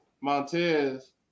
Montez